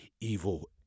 evil